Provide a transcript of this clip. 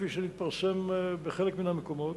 כפי שנתפרסם בחלק מהמקומות,